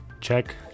check